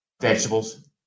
Vegetables